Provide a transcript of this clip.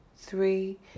three